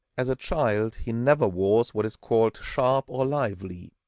as a child he never was what is called sharp or lively.